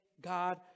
God